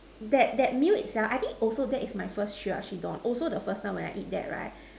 that that meal itself I think also that is my first Chirashi Don also the first time when I eat that right